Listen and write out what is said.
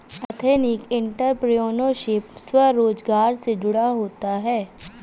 ethnic entrepreneurship स्वरोजगार से जुड़ा होता है